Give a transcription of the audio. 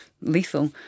lethal